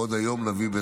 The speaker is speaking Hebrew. ועוד היום נביא לאישור,